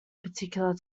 particular